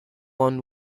one